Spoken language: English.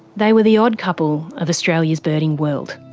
they were the odd couple of australia's birding world,